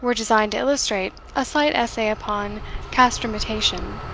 were designed to illustrate a slight essay upon castrametation,